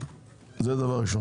זה דבר ראשון.